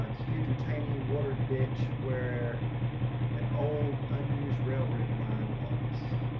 um huge retaining water ditch where an old unused railroad line was.